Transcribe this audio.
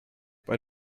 bei